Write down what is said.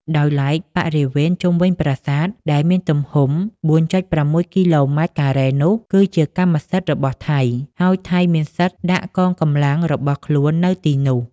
ដោយឡែក បរិវេណជុំវិញប្រាសាទ ដែលមានទំហំ៤,៦គីឡូម៉ែត្រការ៉េនោះ គឺជាកម្មសិទ្ធិរបស់ថៃ ហើយថៃមានសិទ្ធិដាក់កងកម្លាំងរបស់ខ្លួន នៅទីនោះ។